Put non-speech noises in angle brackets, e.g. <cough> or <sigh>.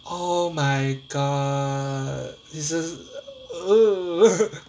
oh my god is a <noise>